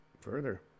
further